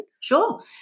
Sure